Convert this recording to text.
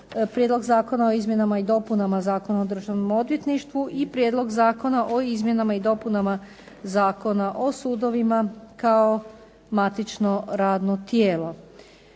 Prijedlog zakona o izmjenama i dopunama Zakona o državnom odvjetništvu i Prijedlog zakona o izmjenama i dopunama Zakona o sudovima kao matično radno tijelo.